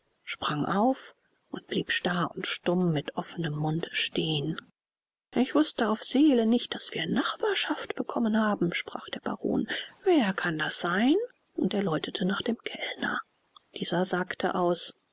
sprang auf und blieb starr und stumm mit offenem munde stehen ich wußte auf seele nicht daß wir nachbarschaft bekommen haben sprach der baron wer kann das sein und er läutete nach dem kellner dieser sagte aus